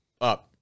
up